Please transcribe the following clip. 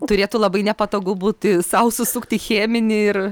turėtų labai nepatogu būti sau susukti cheminį ir